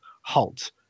halt